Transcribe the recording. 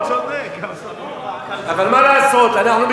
הוא צודק.